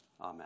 Amen